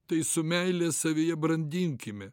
tai su meile savyje brandinkime